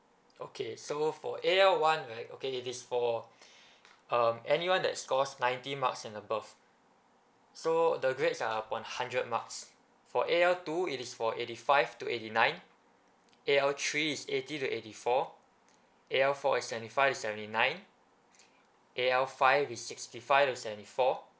okay so for A_L one right okay it is for um anyone that scores ninety marks and above so the grades are upon hundred marks for A_L two it is for eighty five to eighty nine A_L three is eighty to eighty for A_L four is seventy five to seventy nine A_L five is sixty five to seventy four